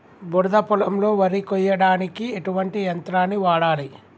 బురద పొలంలో వరి కొయ్యడానికి ఎటువంటి యంత్రాన్ని వాడాలి?